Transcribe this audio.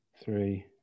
three